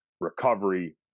recovery